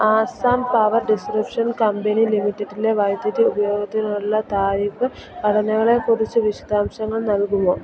Assam power distribution company ലിമിറ്റഡിലെ വൈദ്യുതി ഉപയോഗത്തിനുള്ള താരിഫ് ഘടനകളെക്കുറിച്ച് വിശദാംശങ്ങൾ നൽകുമോ